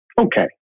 okay